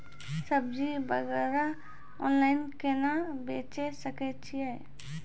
सब्जी वगैरह ऑनलाइन केना बेचे सकय छियै?